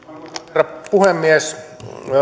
herra puhemies